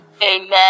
Amen